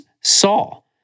Saul